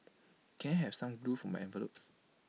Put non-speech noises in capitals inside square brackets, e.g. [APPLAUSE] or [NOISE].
[NOISE] can I have some glue for my envelopes